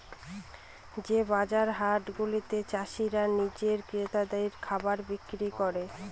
যে বাজার হাট গুলাতে চাষীরা নিজে ক্রেতাদের খাবার বিক্রি করে